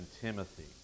Timothy